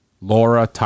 Laura